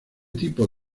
tipo